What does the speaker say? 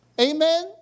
Amen